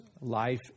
life